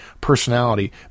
personality